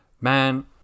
man